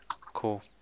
Cool